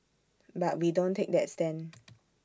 but we don't take that stand